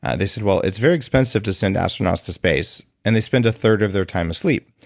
ah they said well, it's very expensive to send astronauts to space, and they spend a third of their time asleep.